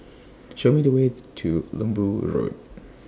Show Me The ways to Lembu Road